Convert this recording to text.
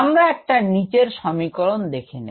আমরা একটা নিচের সমীকরনে দেখে নেব